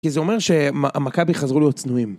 כי זה אומר שהמכבי חזרו להיות צנועים.